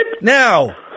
Now